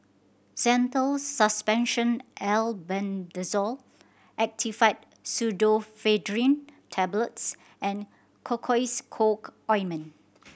Zental Suspension Albendazole Actifed Pseudoephedrine Tablets and Cocois Co Ointment